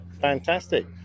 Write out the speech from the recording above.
fantastic